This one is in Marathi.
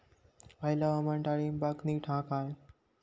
हयला हवामान डाळींबाक नीट हा काय?